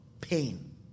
pain